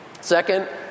Second